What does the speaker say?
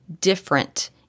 different